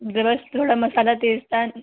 बस मसाला थोड़ा तेज़ था